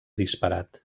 disparat